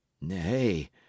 Nay